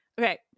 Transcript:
Okay